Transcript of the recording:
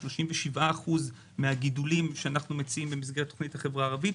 37% מהגידולים שאנחנו מציעים במסגרת תוכנית החברה הערבית,